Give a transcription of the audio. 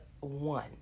one